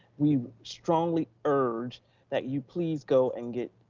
we strongly urge that you please go and get,